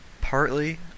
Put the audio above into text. Partly